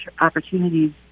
opportunities